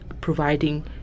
providing